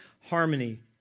harmony